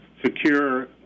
secure